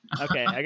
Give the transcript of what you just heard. Okay